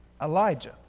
Elijah